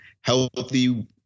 healthy